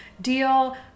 deal